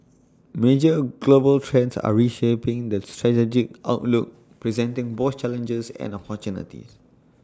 major global trends are reshaping the strategic outlook presenting both challenges and opportunities